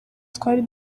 twari